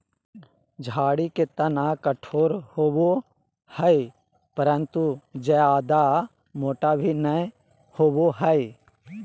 झाड़ी के तना कठोर होबो हइ परंतु जयादा मोटा भी नैय होबो हइ